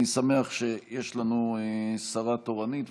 אני שמח שיש לנו שרה תורנית,